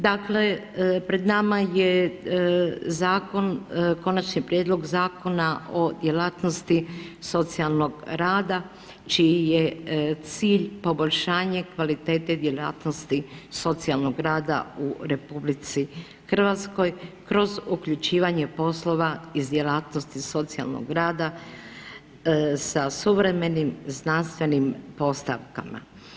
Dakle, pred nama je zakon Konačni prijedlog Zakona o djelatnosti socijalnog rada čiji je cilj poboljšanje kvalitete djelatnosti socijalnog rada u RH kroz uključivanje poslova iz djelatnosti socijalnog rada sa suvremenim znanstvenim postavkama.